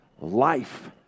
life